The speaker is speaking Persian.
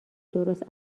درست